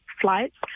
flights